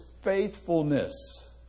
faithfulness